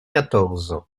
quatorze